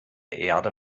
erde